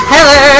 Hello